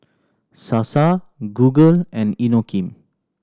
Sasa Google and Inokim